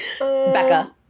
Becca